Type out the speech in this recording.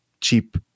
cheap